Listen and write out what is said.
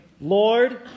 Lord